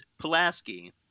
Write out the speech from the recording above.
Pulaski